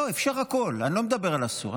אפשר הכול, אני לא מדבר על אסור.